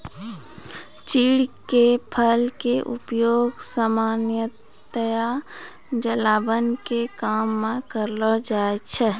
चीड़ के फल के उपयोग सामान्यतया जलावन के काम मॅ करलो जाय छै